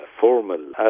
formal